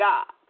God